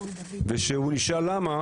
וכשהוא נשאל למה